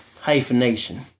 hyphenation